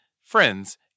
friends